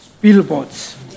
billboards